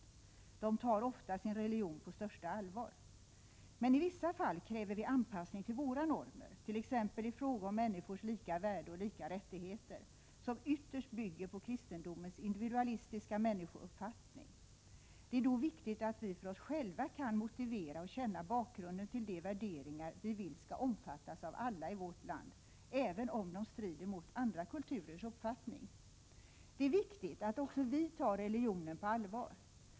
De tar ofta sin religion på största allvar. Men i vissa fall kräver vi anpassning till våra normer —t.ex. i fråga om människors lika värde och lika rättigheter — som ytterst bygger på kristendomens individualistiska människouppfattning. Det är då viktigt att vi för oss själva kan motivera och känna bakgrunden till de värderingar vi vill skall omfattas av alla i vårt land, även om de strider mot andra kulturers uppfattning. Det är viktigt att också vi tar religionen på allvar.